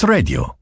Radio